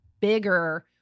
bigger